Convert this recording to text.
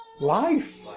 Life